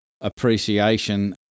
appreciation